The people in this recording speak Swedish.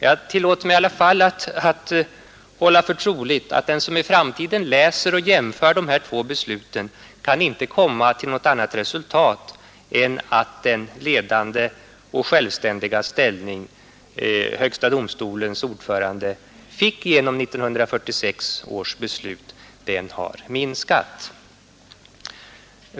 Jag tillåter mig emellertid ändå hålla för troligt att de som i framtiden läser och jämför dessa två beslut inte kan komma till något annat resultat än att den ledande och självständiga ställning högsta domstolens ordförande fick genom 1946 års beslut har minskat i betydelse genom 1972 års beslut.